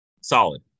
solid